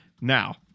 Now